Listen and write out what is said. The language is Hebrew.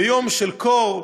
ביום של קור,